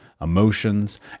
emotions